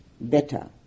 better